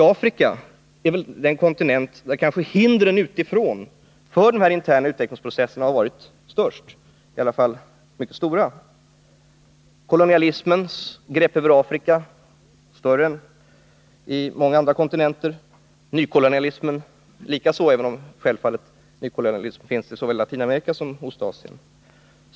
Afrika är den kontinent där hindren utifrån för denna utvecklingsprocess kanske varit störst eller i varje fall mycket stora. Kolonialismens grepp över Afrika är större än på många andra kontinenter. Detsamma gäller nykolonialismen, även om denna finns såväl i Latinamerika som i Ostasien.